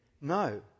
no